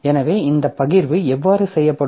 எனவே இந்த பகிர்வு எவ்வாறு செய்யப்படும்